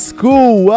School